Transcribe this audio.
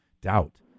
doubt